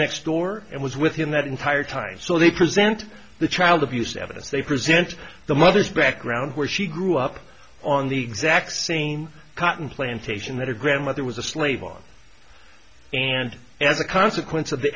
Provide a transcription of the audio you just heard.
next door and was with him that entire time so they present the child abuse evidence they present the mother's background where she grew up on the exact same cotton plantation that her grandmother was a slave on and as a consequence of